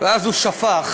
ואז הוא שפך.